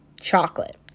chocolate